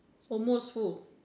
almost full